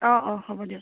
অ' অ' হ'ব দিয়ক